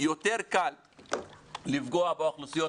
יותר קל לפגוע באוכלוסיות